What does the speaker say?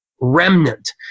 remnant